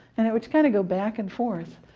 and it would kind of go back and forth.